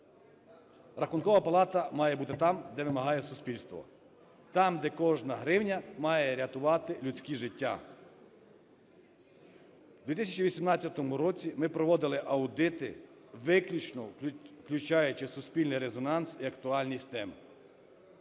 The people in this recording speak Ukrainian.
Рахункова палата має бути там, де вимагає суспільство, там, де кожна гривня має рятувати людські життя. В 2018 році ми проводили аудити, виключно включаючи суспільний резонанс і актуальність тем.